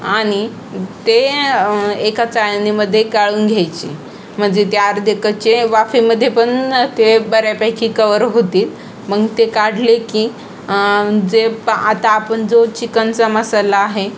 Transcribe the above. आणि ते एका चाळणीमध्ये काढून घ्यायचे म्हणजे ते अर्धेकच्चे वाफेमध्ये पण ते बऱ्यापैकी कवर होतील मग ते काढले की जे प आता आपण जो चिकनचा मसाला आहे